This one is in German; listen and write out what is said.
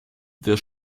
der